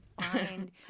find